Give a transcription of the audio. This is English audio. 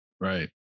Right